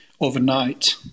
overnight